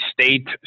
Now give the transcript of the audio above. state